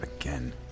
again